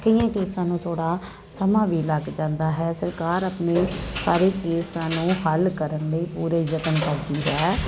ਕਈਆਂ ਕੇਸਾਂ ਨੂੰ ਥੋੜ੍ਹਾ ਸਮਾਂ ਵੀ ਲੱਗ ਜਾਂਦਾ ਹੈ ਸਰਕਾਰ ਆਪਣੇ ਸਾਰੇ ਕੇਸਾਂ ਨੂੰ ਹੱਲ ਕਰਨ ਲਈ ਪੂਰੇ ਯਤਨ ਕਰਦੀ ਹੈ